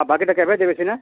ଆଉ ବାକିଟା କେବେ ଦେବେ ସିନେ